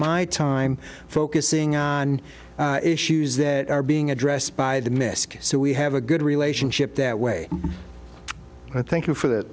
my time focusing on issues that are being addressed by the misc so we have a good relationship that way i thank you for that